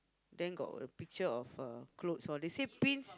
then got a picture of uh clothes all they say pins